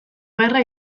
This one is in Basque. gerra